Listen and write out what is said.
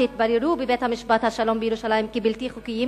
שהתבררו בבית-משפט השלום בירושלים כבלתי חוקיים,